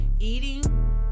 Eating